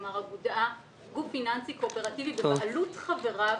כלומר גוף פיננסי קואופרטיבי בבעלות חבריו,